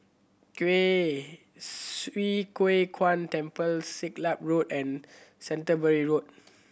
Kwee Swee Kui Kuan Temple Siglap Road and Canterbury Road